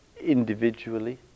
individually